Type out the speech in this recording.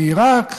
מעיראק,